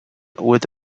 with